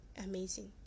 amazing